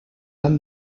han